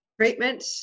Treatment